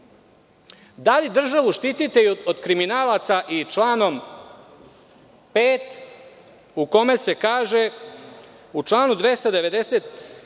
li državu štitite od kriminalaca i članom 5. u kome se kaže u članu 290.